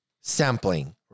sampling